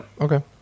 okay